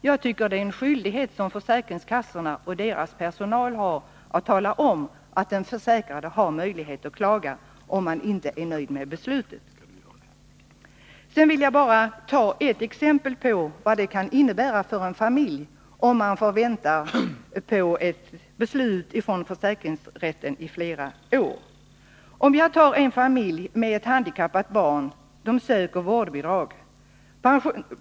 Jag tycker att det är en skyldighet för försäkringskassorna och deras personal att tala om att den försäkrade har möjlighet att överklaga, om han inte är nöjd med beslutet. Sedan vill jag bara ge ett exempel på vad det kan innebära för en familj, om man får vänta på beslut från försäkringsrätten i flera år: En familj med ett handikappat barn söker vårdbidrag.